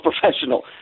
professional